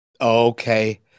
Okay